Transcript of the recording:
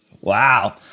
wow